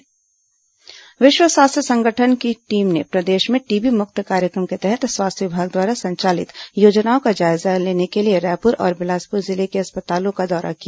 WHO सुझाव विश्व स्वास्थ्य संगठन की टीम ने प्रदेश में टीबी मुक्त कार्यक्रम के तहत स्वास्थ्य विभाग द्वारा संचालित योजनाओं का जायजा लेने के लिए रायपुर और बिलासपुर जिले के अस्पतालों का दौरा किया